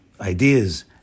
ideas